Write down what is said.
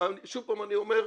שוב פעם אני אומר,